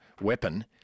weapon